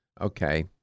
Okay